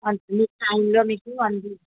అనుకున్న టైమ్లో మీకు అందిస్తాము